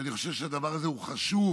ואני חושב שהדבר הזה הוא חשוב,